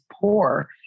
poor